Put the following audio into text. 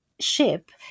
ship